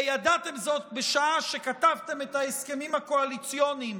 וידעתם זאת בשעה שכתבתם את ההסכמים הקואליציוניים